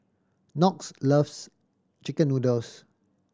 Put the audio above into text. Knox loves chicken noodles